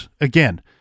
Again